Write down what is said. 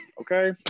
okay